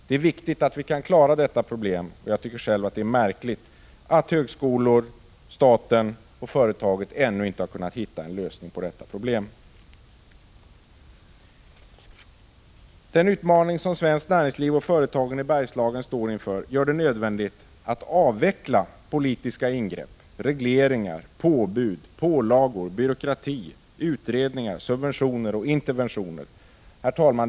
Det är viktigt att lösa detta problem, och det är märkligt att högskolor, staten och företaget ännu inte har hittat en lösning. Den utmaning som svenskt näringsliv och företagen i Bergslagen står inför gör det nödvändigt att avveckla politiska ingrepp, regleringar, påbud, pålagor, byråkrati, utredningar, subventioner och interventioner. Herr talman!